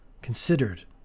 Considered